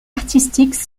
artistique